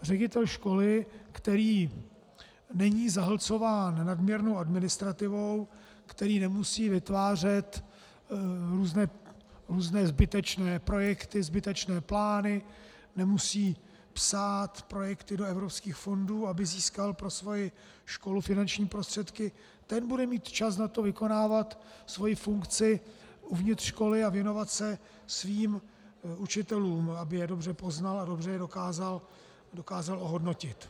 Ředitel školy, který není zahlcován nadměrnou administrativou, který nemusí vytvářet různé zbytečné projekty, zbytečné plány, nemusí psát projekty do evropských fondů, aby získal pro svoji školu finanční prostředky, ten bude mít čas na to vykonávat svoji funkci uvnitř školy a věnovat se svým učitelům, aby je dobře poznal a dobře je dokázal ohodnotit.